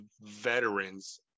veterans